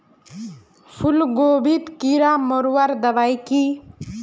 फूलगोभीत कीड़ा मारवार दबाई की?